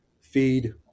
feed